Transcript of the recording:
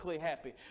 happy